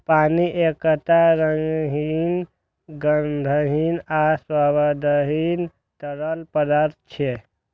पानि एकटा रंगहीन, गंधहीन आ स्वादहीन तरल पदार्थ छियै